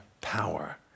power